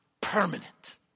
permanent